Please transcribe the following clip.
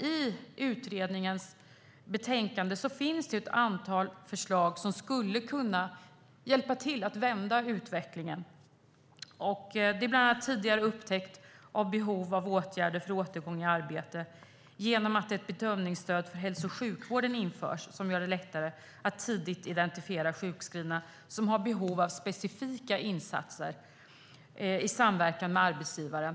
I utredningens betänkande finns det ju ett antal förslag som skulle kunna hjälpa till att vända utvecklingen, bland annat tidigare upptäckt av behov av åtgärder för återgång i arbete genom att ett bedömningsstöd för hälso och sjukvården införs som gör det lättare att tidigt identifiera sjukskrivna som har behov av specifika insatser i samverkan med arbetsgivaren.